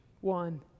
one